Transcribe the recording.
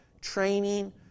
Training